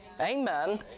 Amen